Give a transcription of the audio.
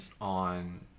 on